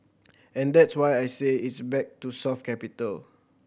and that's why I say it's back to soft capital